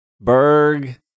Berg